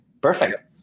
Perfect